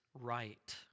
right